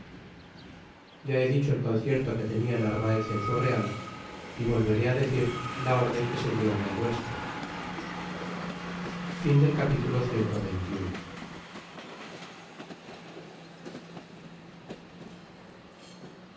ya he dicho el concierto que tenia narvaez en su real y volveré decir la rden que se dió en el nuestro capitulo